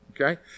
okay